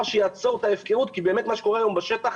שיעצור את ההפקרות כי באמת מה שקורה היום בשטח,